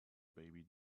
baby